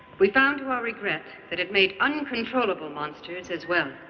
we found, to our regret, that it made uncontrollable monsters as well.